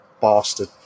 bastard